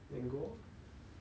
then go orh